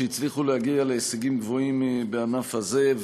והן הצליחו להגיע להישגים גבוהים בענף הזה.